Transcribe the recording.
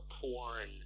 porn